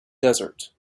desert